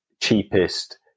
cheapest